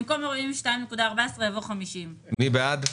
במקום 42.14 יבוא 50. מי בעד?